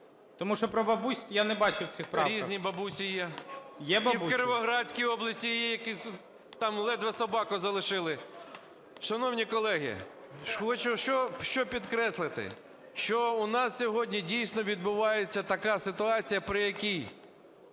Тому що про бабусь я не бачив це в правках. 11:53:07 КАЧНИЙ О.С. Різні бабусі є. І в Кіровоградській області, і є, які… там ледве собаку залишили. Шановні колеги, хочу що підкреслити. Що у нас сьогодні, дійсно, відбувається така ситуація, при якій